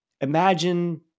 imagine